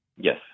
Yes